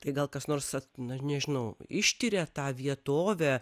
tai gal kas nors na nežinau ištiria tą vietovę